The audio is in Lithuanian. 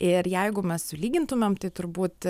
ir jeigu mes sulygintumėm tai turbūt